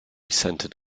centered